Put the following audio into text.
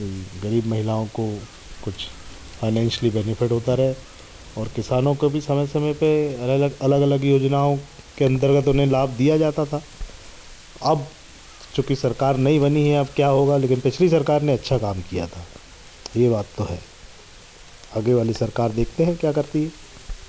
गरीब महिलाओं को कुछ फ़ानैन्शिअली बेनिफ़िट होता रहे और किसानों को भी समय समय पे अलग अलग अलग अलग योजनाओं के अंतर्गत उन्हें लाभ दिया जाता था अब चूँकि सरकार नई बनी है अब क्या होगा लेकिन पिछली सरकार ने अच्छा काम किया था ये बात तो है आगे वाली सरकार देखते हैं क्या करती है